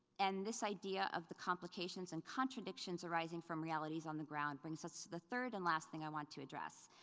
and this idea of the complications and contradictions arising from realities on the ground brings us the third and last thing i want to address.